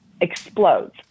explodes